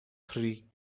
three